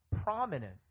prominent